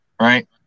right